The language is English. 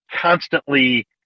constantly